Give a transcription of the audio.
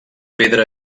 pedra